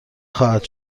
خواهد